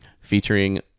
featuring